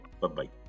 Bye-bye